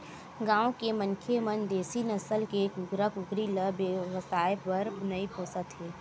गाँव के मनखे मन देसी नसल के कुकरा कुकरी ल बेवसाय बर नइ पोसत हे